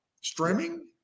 Streaming